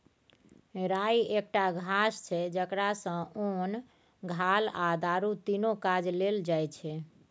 राइ एकटा घास छै जकरा सँ ओन, घाल आ दारु तीनु काज लेल जाइ छै